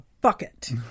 bucket